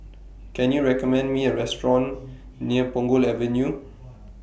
Can YOU recommend Me A Restaurant near Punggol Avenue